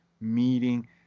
Meeting